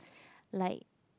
like